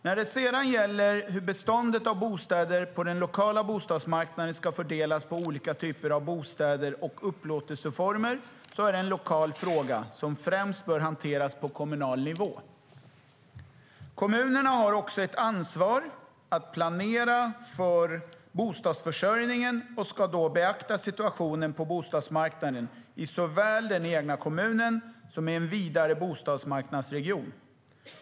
När det sedan gäller hur beståndet av bostäder på den lokala bostadsmarknaden ska fördelas på olika typer av bostäder och upplåtelseformer är det en lokal fråga som främst bör hanteras på kommunal nivå. Kommunerna har också ett ansvar att planera för bostadsförsörjningen och ska då beakta situationen på bostadsmarknaden såväl i den egna kommunen som i en vidare bostadsmarknadsregion.